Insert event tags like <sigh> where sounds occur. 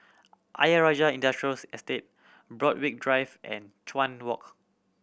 Ayer Rajah Industrial <unintelligible> Estate Borthwick Drive and Chuan Walk